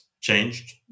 changed